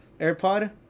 AirPod